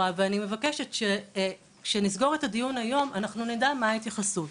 ואני מבקשת שכשנסגור את הדיון היום אנחנו נדע מהי ההתייחסות.